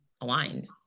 aligned